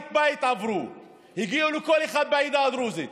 עברו בית-בית והגיעו לכל אחד בעדה הדרוזית.